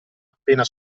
appena